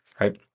right